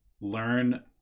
learn